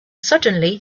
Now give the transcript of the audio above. suddenly